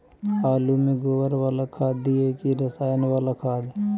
आलु में गोबर बाला खाद दियै कि रसायन बाला खाद?